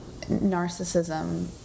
narcissism